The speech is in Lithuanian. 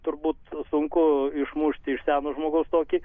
turbūt sunku išmušti iš seno žmogaus tokį